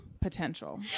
potential